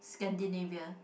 Scandinavia